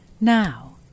Now